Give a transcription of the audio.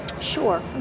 Sure